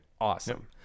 awesome